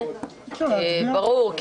ברור,